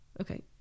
okay